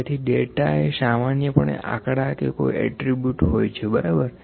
તેથી ડેટા એ સામાન્યપણે આંકડા કે કોઈ એટ્રીબુટ હોય છે બરાબર